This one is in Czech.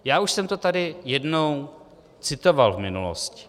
Já už jsem to tady jednou citoval v minulosti.